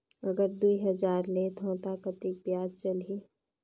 अगर दुई हजार लेत हो ता कतेक ब्याज चलही?